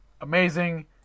amazing